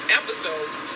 episodes